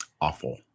awful